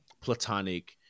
platonic